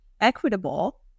Equitable